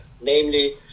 Namely